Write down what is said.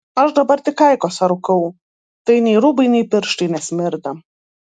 aš dabar tik aikosą rūkau tai nei rūbai nei pirštai nesmirda